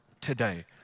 today